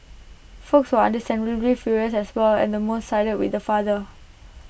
folks were understandably furious as well and most sided with the father